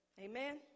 Amen